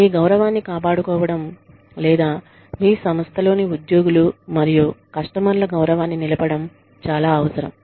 మీ గౌరవాన్ని కాపాడుకోవడం లేదా మీ సంస్థలోని ఉద్యోగులు మరియు కస్టమర్ల గౌరవాన్ని నిలపడం చాలా అవసరం